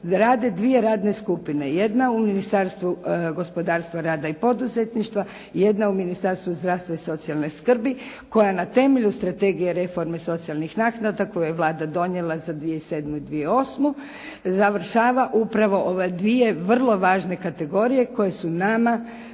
rade dvije radne skupine, jedna u Ministarstvu gospodarstva, rada i poduzetništva i jedna u Ministarstvu zdravstva i socijalne skrbi koja je na temelju Strategije reforme socijalnih naknada koju je Vlada donijela za 2007. i 2008. završava upravo ove dvije vrlo važne kategorije koje su nama